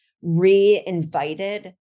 Re-invited